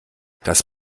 das